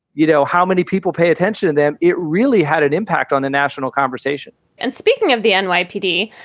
you know, how many people pay attention to them. it really had an impact on the national conversation and speaking of the nypd,